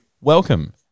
welcome